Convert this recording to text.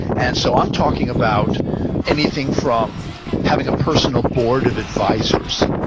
and so i'm talking about anything from having a personal board of advisors,